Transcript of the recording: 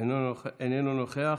איננו נוכח,